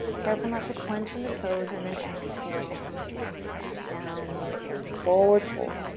careful not to clench in the toes and then exhale back down forward fold.